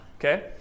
Okay